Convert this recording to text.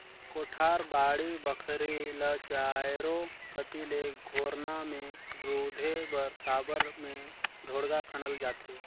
कोठार, बाड़ी बखरी ल चाएरो कती ले घोरना मे रूधे बर साबर मे ढोड़गा खनल जाथे